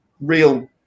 real